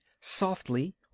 softly